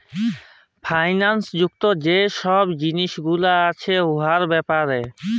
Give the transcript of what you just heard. ফাইল্যাল্স যুক্ত যে ছব জিলিস গুলা আছে উয়ার ব্যাপারে